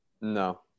no